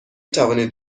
توانید